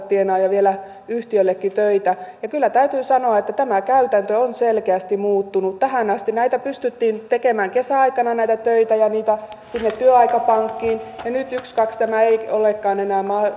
tienaa ja vielä yhtiöllekin töitä kyllä täytyy sanoa että tämä käytäntö on selkeästi muuttunut tähän asti pystyttiin tekemään kesäaikana näitä töitä sinne työaikapankkiin ja nyt ykskaks eivät olekaan enää